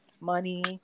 money